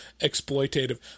exploitative